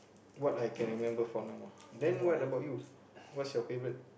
what I can remember for now ah then what about you what's your favourite